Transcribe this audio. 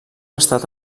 estat